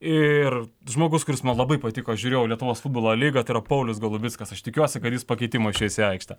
ir žmogus kuris man labai patiko aš žiūrėjau lietuvos futbolo lygą tai yra paulius golubickas aš tikiuosi kad jis pakeitimui išeis į aikštę